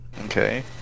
Okay